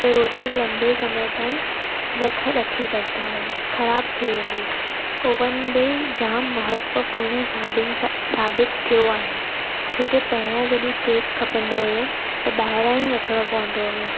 त रोटी लम्बे समय ताईं नथा रखी सघंदा हुआसि ख़राब थी वेंदी हुई ओवन में जाम महत्वपूर्ण साबिन स साबित थियो आहे छोके पहिरां जॾहिं केक खपंदो हुयो त ॿाहिरां ई वठणो पवंदो हुयो